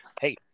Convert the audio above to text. hey